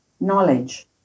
knowledge